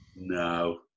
No